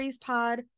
Pod